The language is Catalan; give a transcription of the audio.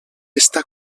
està